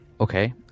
Okay